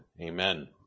Amen